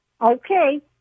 Okay